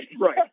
Right